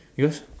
yours